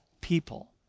people